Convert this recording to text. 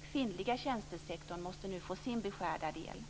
Den kvinnliga tjänstesektorn måste nu få sin beskärda del.